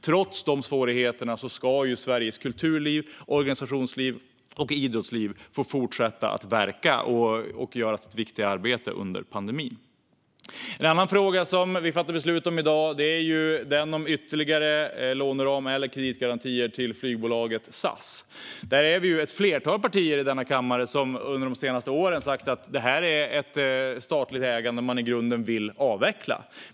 Trots de svårigheterna ska Sveriges kulturliv, organisationsliv och idrottsliv få fortsätta att verka och göra sitt viktiga arbete under pandemin. En annan fråga som vi fattar beslut om i dag är den om ytterligare låneram eller kreditgarantier till flygbolaget SAS. Vi är ett flertal partier i denna kammare som under de senaste åren sagt att det här är ett statligt ägande vi i grunden vill avveckla.